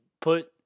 put